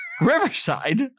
Riverside